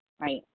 right